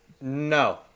No